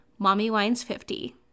MOMMYWINES50